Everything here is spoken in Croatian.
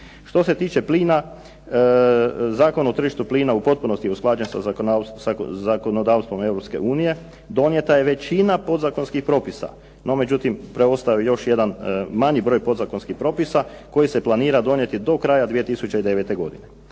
Što se tiče plina Zakon o tržištu plina u potpunosti je usklađen sa zakonodavstvom Europske unije, donijeta je većina podzakonskih propisa. No međutim, preostao je još jedan manji broj podzakonskih propisa koji se planira donijeti do kraja 2009. godine.